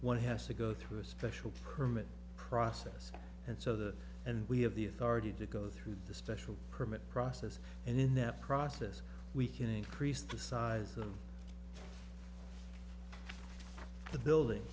one has to go through a special permit process and so the and we have the authority to go through the special permit process and in that process we can increase the size of the building